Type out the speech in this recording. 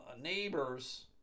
neighbors